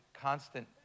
constant